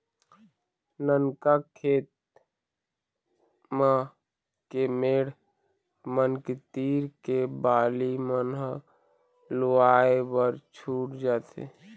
ननका खेत मन के मेड़ मन के तीर के बाली मन ह लुवाए बर छूट जाथे